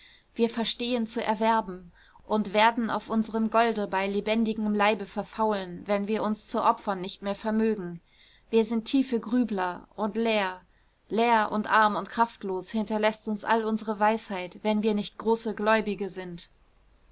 wir verstehen zu erwerben und werden auf unserem golde bei lebendigem leibe verfaulen wenn wir uns zu opfern nicht mehr vermögen wir sind tiefe grübler und leer leer und arm und kraftlos hinterläßt uns all unsere weisheit wenn wir nicht große gläubige sind